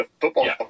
football